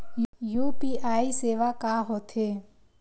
UPI सेवा का होथे?